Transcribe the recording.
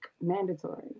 mandatory